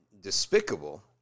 despicable